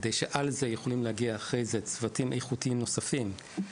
כדי שעל גבי זה צוותים איכותיים נוספים יוכלו להגיע אחרי זה,